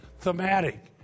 thematic